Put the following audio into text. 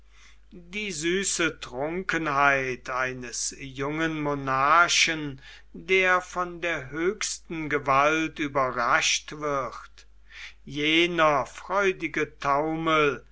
die süße trunkenheit eines jungen monarchen der von der höchsten gewalt überrascht wird jener freudige taumel